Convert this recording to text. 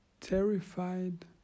terrified